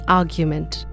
argument